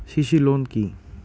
CC loan কি?